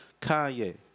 Kanye